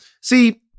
See